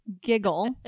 giggle